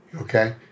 okay